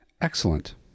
Excellent